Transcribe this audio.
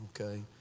Okay